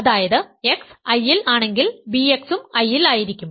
അതായത് x I ൽ ആണെങ്കിൽ bx ഉം I ൽ ആയിരിക്കും